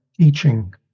teaching